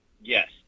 yes